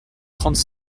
trente